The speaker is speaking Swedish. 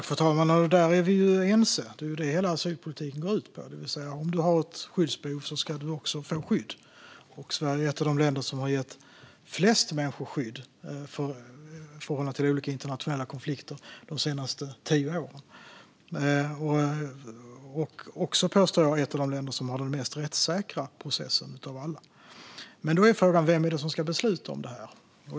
Fru talman! Där är Lotta Johnsson Fornarve och jag ense. Det är ju detta som hela asylpolitiken går ut på - om man har ett skyddsbehov ska man också få skydd. Sverige är ett av de länder som gett flest människor skydd i förhållande till olika internationella konflikter de senaste tio åren. Jag påstår också att Sverige är ett av de länder som har den mest rättssäkra processen av alla. Då är frågan vem det är som ska besluta om detta.